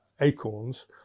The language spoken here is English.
Acorns